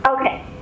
Okay